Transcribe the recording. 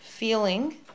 Feeling